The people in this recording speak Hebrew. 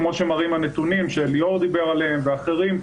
כמו שמראים הנתונים שליאור דיבר עליהם ואחרים,